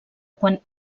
quan